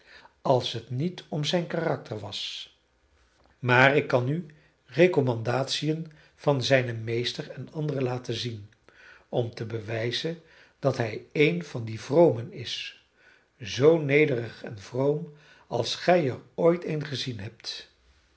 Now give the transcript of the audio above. als het niet om zijn karakter was maar ik kan u recommandatiën van zijnen meester en anderen laten zien om te bewijzen dat hij een van de vromen is zoo nederig en vroom als gij er ooit een gezien hebt